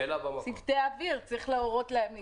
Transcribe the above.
צוותי אוויר צריך להורות להם להתחסן.